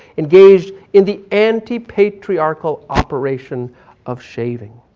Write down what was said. engaged in the anti patriarchal operation of shaving.